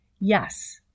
Yes